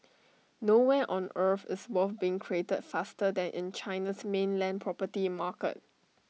nowhere on earth is wealth being created faster than in China's mainland property market